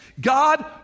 God